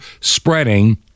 spreading